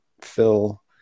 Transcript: Phil